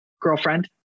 girlfriend